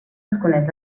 desconeix